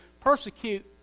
persecute